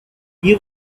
you